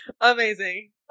Amazing